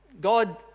God